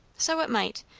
so it might,